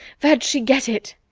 where'd she get it?